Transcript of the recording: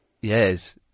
yes